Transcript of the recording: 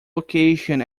location